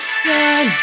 sun